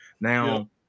Now